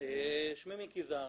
בבקשה.